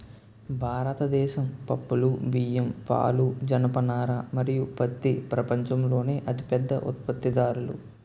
భారతదేశం పప్పులు, బియ్యం, పాలు, జనపనార మరియు పత్తి ప్రపంచంలోనే అతిపెద్ద ఉత్పత్తిదారులు